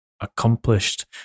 accomplished